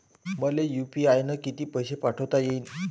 मले यू.पी.आय न किती पैसा पाठवता येईन?